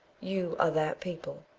you are that people.